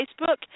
facebook